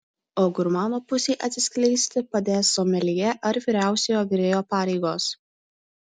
o gurmano pusei atsiskleisti padės someljė ar vyriausiojo virėjo pareigos